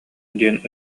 диэн